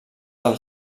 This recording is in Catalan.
del